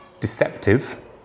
deceptive